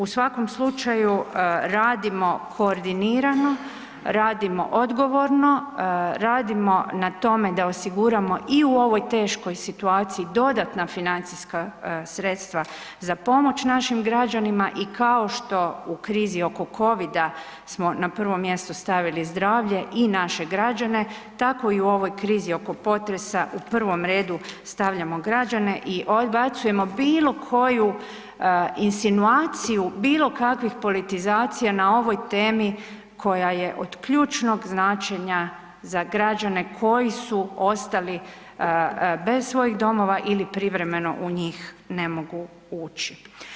U svakom slučaju radimo koordinirano, radimo odgovorno, radimo na tome da osiguramo i u ovoj teškoj situaciji dodatna financijska sredstva za pomoć našim građanima i kao što u krizi oko Covida smo na prvom mjestu stavili zdravlje i naše građane, tako i u ovoj krizi oko potresa u prvom redu stavljamo građane i odbacujemo bilo koju insinuaciju bilo kakvih politizacija na ovoj temi koja je od ključnog značenja za građane koji su ostali bez svojih domova ili privremeno u njih ne mogu ući.